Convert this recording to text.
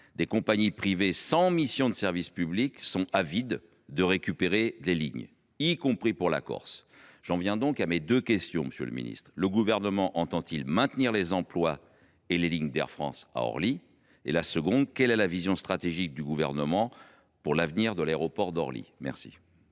Des compagnies privées sans mission de service public sont avides de récupérer des lignes, y compris pour la Corse. J’en viens donc à mes deux questions, monsieur le ministre. Le Gouvernement entend il maintenir les emplois et les lignes d’Air France à Orly ? Quelle est la vision stratégique du Gouvernement pour l’avenir de l’aéroport d’Orly ? La